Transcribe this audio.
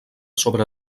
sobre